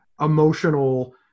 emotional